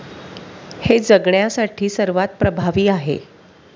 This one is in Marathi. हे जगण्यासाठी सर्वात प्रभावी आहे